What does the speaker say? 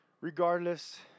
regardless